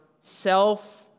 self